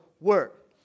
work